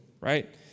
right